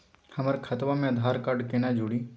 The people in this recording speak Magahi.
हमर खतवा मे आधार कार्ड केना जुड़ी?